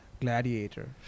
Gladiator